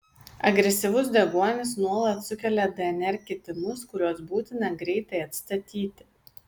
agresyvus deguonis nuolat sukelia dnr kitimus kuriuos būtina greitai atstatyti